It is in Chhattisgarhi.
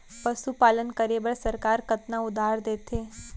पशुपालन करे बर सरकार कतना उधार देथे?